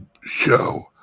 show